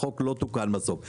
החוק לא תוקן בסוף.